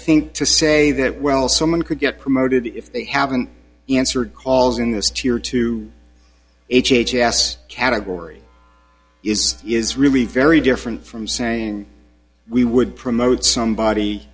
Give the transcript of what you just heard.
think to say that well someone could get promoted if they haven't answered calls in this cheer to h h s category is is really very different from saying we would promote somebody